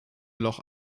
loch